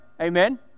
Amen